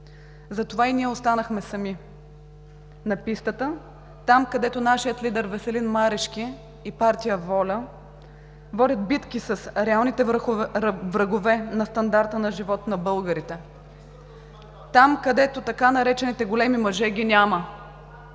Затова и ние останахме сами на пистата, там, където нашият лидер Веселин Марешки и партия ВОЛЯ водят битки с реалните врагове за стандарта на живот на българите, там, където така наречените големи мъже ги няма.